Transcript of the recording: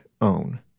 own